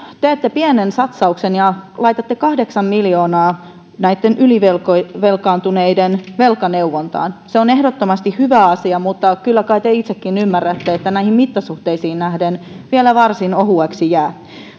teette pienen satsauksen ja laitatte kahdeksan miljoonaa näitten ylivelkaantuneiden velkaneuvontaan se on ehdottomasti hyvä asia mutta kyllä kai te itsekin ymmärrätte että näihin mittasuhteisiin nähden vielä varsin ohueksi jää